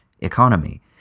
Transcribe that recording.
economy